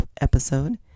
episode